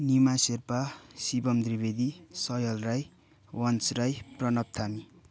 निमा सेर्पा सिभम त्रिवेदी सयल राई वन्स राई प्रणव थामी